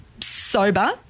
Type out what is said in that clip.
sober